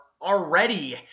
already